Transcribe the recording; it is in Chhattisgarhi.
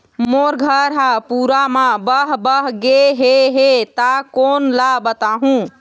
मोर घर हा पूरा मा बह बह गे हे हे ता कोन ला बताहुं?